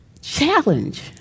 challenge